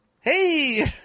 hey